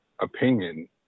opinion